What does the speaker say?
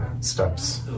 steps